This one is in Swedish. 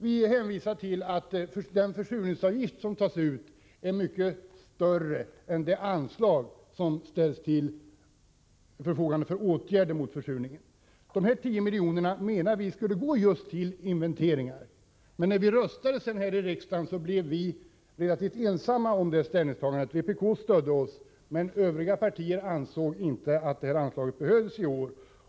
Vi hänvisade till att den försurningsavgift som tas ut är mycket större än det anslag som ställs till förfogande för åtgärder mot försurning. Vi menade att dessa 10 miljoner skulle gå just till inventeringar, men vid röstningen i riksdagen blev vi relativt ensamma om vårt ställningstagande. Vi stöddes av vpk, men övriga partier ansåg inte att anslaget behövdes nu.